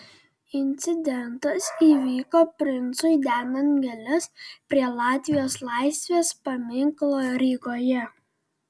incidentas įvyko princui dedant gėles prie latvijos laisvės paminklo rygoje